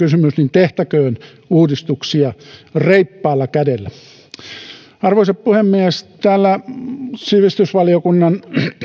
tehtäköön uudistuksia reippaalla kädellä arvoisa puhemies täällä sivistysvaliokunnan